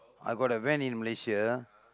I got a van in Malaysia